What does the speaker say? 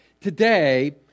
Today